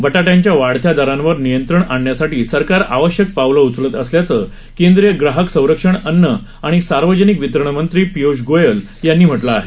बटाट्यांच्या वाढत्या दरांवर नियंत्रण आणण्यासाठी सरकार आवश्यक पावलं उचलत असल्याचं केंद्रीय ग्राहक संरक्षण अन्न आणि सार्वजनिक वितरण मंत्री पियूष गोयल यांनी म्हटलं आहे